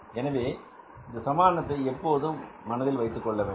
எனவே இந்த சமானத்தை எப்போதும் மனதில் வைத்துக்கொள்ளவேண்டும்